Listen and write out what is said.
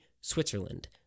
Switzerland